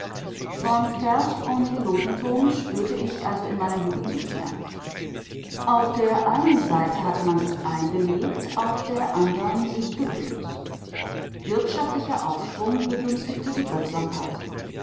von pferch und helotentum spürte ich also in meiner jugend nichts mehr auf der einen seite hatte man sich eingelebt auf der andern sich gewöhnt wirtschaftlicher aufschwung begünstigte die duldsamkeit